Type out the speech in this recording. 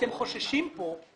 אתם חוששים כאן